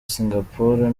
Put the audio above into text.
singapore